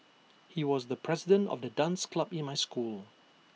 he was the president of the dance club in my school